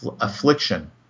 affliction